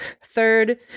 Third